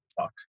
fuck